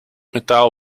metaal